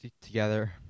together